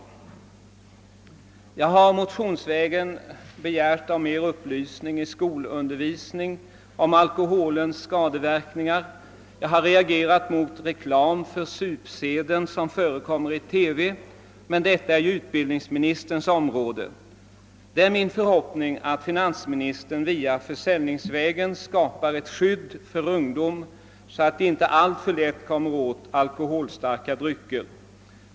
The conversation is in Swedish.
Jag har motionsvägen begärt mer upplysning i skolundervisningen rörande alkoholens skadeverkningar, och jag har också reagerat mot den reklam för supseden som förekommer i TV, men det är frågor som faller inom utbildningsministerns område. Det är min förhoppning att finansministern försäljningsvägen vill skapa ett skydd för de unga så att de inte alltför lätt kommer i besittning av alkoholstarka drycker.